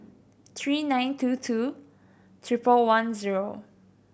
three nine two two triple one zero